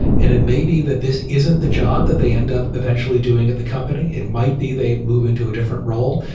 and it may be that this isn't the job that they end up eventually doing at the company. it might be they move into a different role.